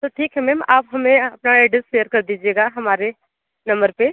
तो ठीक है मैम आप हमें अपना एड्रेस शेयर कर दीजिएगा हमारे नंबर पर